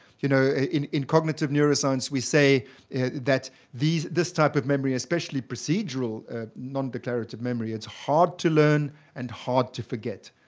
you know, in in cognitive neuroscience we say that this type of memory, especially procedural non-declarative memory, it's hard to learn and hard to forget.